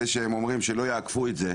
זה שהם אומרים שלא יאכפו את זה,